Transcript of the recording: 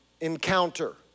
encounter